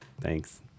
Thanks